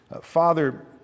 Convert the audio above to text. Father